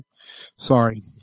Sorry